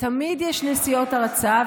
תמיד יש נסיעות הרצה,